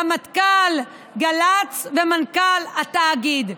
רמטכ"ל, גל"צ ומנכ"ל התאגיד.